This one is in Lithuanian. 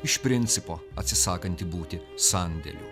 iš principo atsisakanti būti sandėliu